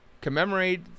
commemorate